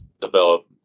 develop